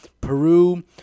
Peru